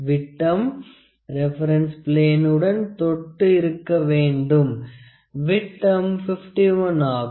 விட்டம் ரெபெரன்ஸ் ப்லேனுடன் தொட்டு இருக்க வேண்டும் விட்டம் 51 ஆகும்